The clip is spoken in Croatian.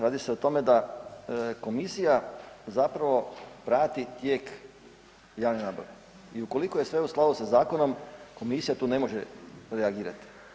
Radi se o tome da komisija zapravo prati tijek javne nabave i ukoliko je sve u skladu sa zakonom komisija tu ne može reagirati.